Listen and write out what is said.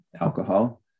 alcohol